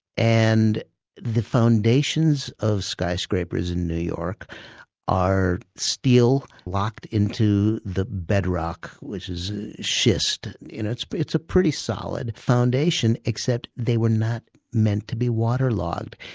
and the foundations of skyscrapers in new york are steel locked into the bedrock which is schist, it's but it's a pretty solid foundation except they were not meant to be waterlogged.